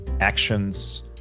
actions